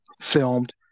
filmed